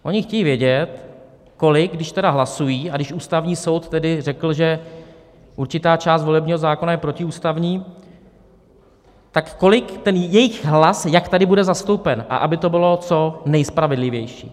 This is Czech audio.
Oni chtějí vědět, kolik když tedy hlasují a když Ústavní soud tedy řekl, že určitá část volebního zákona je protiústavní tak kolik jejich hlas, jak tady bude zastoupen a aby to bylo co nejspravedlivější.